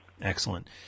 excellent